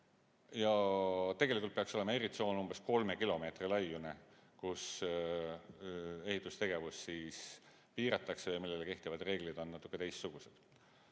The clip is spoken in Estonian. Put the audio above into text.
Ja tegelikult peaks olema eritsoon umbes kolme kilomeetri laiune, kus ehitustegevust piiratakse ja millele kehtivad reeglid on natukene teistsugused. Aga